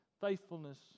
faithfulness